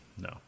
no